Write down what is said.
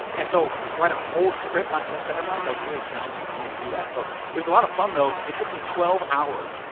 and so to write a whole script, not just the headline? that was really challenging for me to do that. so it was a lot of fun though. it took me twelve hours.